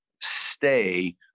stay